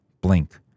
blink